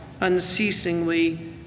unceasingly